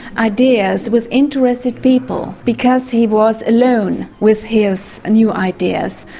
ideas with interested people because he was alone with his new ideas.